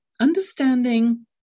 understanding